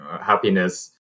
happiness